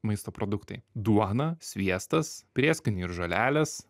maisto produktai duona sviestas prieskoniai ir žolelės